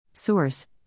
Source